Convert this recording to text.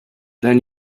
then